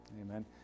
Amen